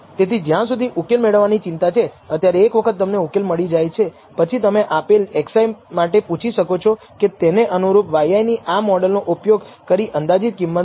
તેથી જ્યાં સુધી ઉકેલ મેળવવાની ચિંતા છે અત્યારે એક વખત તમને ઉકેલ મળી જાય પછી તમે આપેલ xi માટે પૂછી શકો છો કે તેને અનુરૂપ yi ની આ મોડલનો ઉપયોગ કરી અંદાજિત કિંમત શું છે